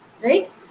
right